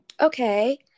Okay